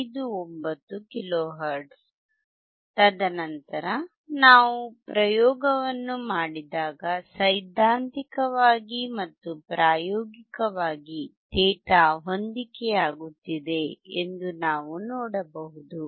59 kilohertz ತದನಂತರ ನಾವು ಪ್ರಯೋಗವನ್ನು ಮಾಡಿದಾಗ ಸೈದ್ಧಾಂತಿಕವಾಗಿ ಮತ್ತು ಪ್ರಾಯೋಗಿಕವಾಗಿ ಡೇಟಾ ಹೊಂದಿಕೆಯಾಗುತ್ತಿದೆ ಎಂದು ನಾವು ನೋಡಬಹುದು